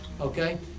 Okay